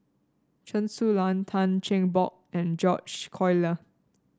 Chen Su Lan Tan Cheng Bock and George Collyer